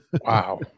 Wow